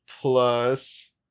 plus